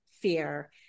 fear